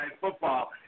Football